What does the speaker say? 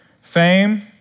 fame